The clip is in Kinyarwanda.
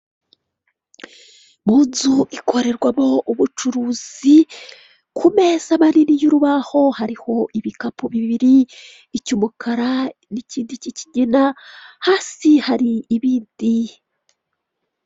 Mu nzu ikorerwamo ubucuruzi, ku meza manini y'urubaho hariho ibikapu bibiri, umukara, hasi hari ibindi.